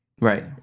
Right